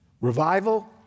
revival